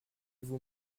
vous